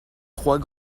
trois